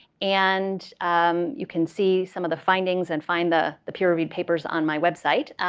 and you can see some of the findings and find the the peer-reviewed papers on my website.